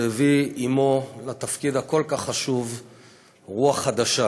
שהביא עמו לתפקיד הכל-כך חשוב רוח חדשה,